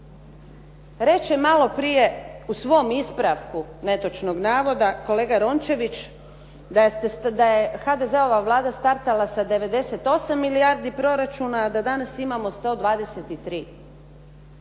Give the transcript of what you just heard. Reče malo prije u svom ispravku netočnog navoda, kolega Rončević, da je HDZ-ova vlada startala sa 98 milijardi proračuna, a da danas imamo 123. Pa ja